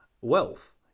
wealth